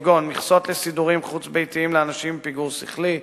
כגון מכסות לסידורים חוץ-ביתיים לאנשים עם פיגור שכלי,